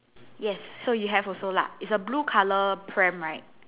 yes so you have also lah is a blue colour pram right